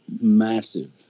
massive